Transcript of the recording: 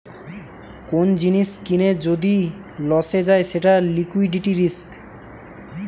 কোন জিনিস কিনে যদি লসে যায় সেটা লিকুইডিটি রিস্ক